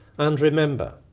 and remember,